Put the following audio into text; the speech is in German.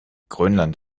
grönland